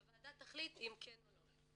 והוועדה תחליט אם כן או לא.